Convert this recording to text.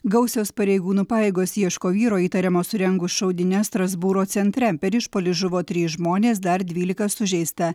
gausios pareigūnų pajėgos ieško vyro įtariamo surengus šaudynes strasbūro centre per išpuolį žuvo trys žmonės dar dvylika sužeista